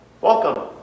Welcome